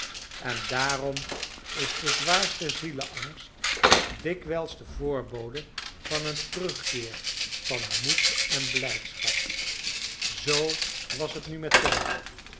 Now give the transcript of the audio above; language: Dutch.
en daarom is de zwaarste zielsangst dikwijls de voorbode van een terugkeer van moed en blijdschap zoo was het nu met tom